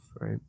Right